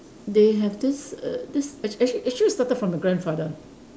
they have this err this ac~ actually actually it started from the grandfather